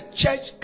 church